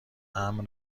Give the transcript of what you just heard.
امن